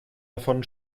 davon